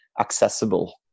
accessible